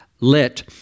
let